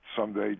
someday